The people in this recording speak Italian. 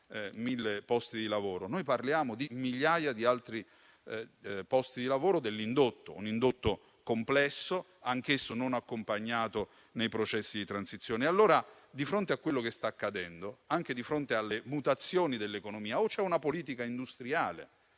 parliamo di migliaia di altri posti di lavoro dell'indotto; un indotto complesso, anch'esso non accompagnato nei processi di transizione. Allora, di fronte a quello che sta accadendo, anche rispetto alle mutazioni dell'economia, questo Paese